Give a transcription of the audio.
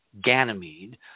Ganymede